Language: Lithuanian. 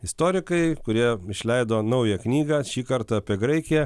istorikai kurie išleido naują knygą šį kartą apie graikiją